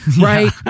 right